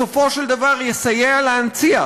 בסופו של דבר, יסייע להנציח